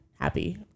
happy